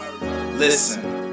Listen